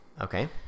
Okay